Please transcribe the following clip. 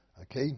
Okay